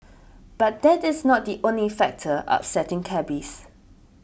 but that is not the only factor upsetting cabbies